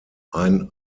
ein